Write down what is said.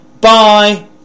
bye